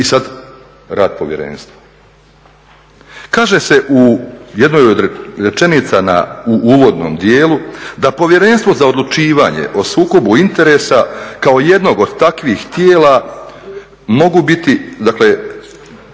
I sad rad povjerenstva. Kaže se u jednoj od rečenica u uvodnom dijelu da Povjerenstvo za odlučivanje o sukobu interesa kao jednog od takvih tijela mogu biti